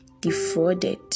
defrauded